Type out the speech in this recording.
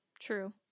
true